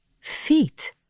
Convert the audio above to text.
Feet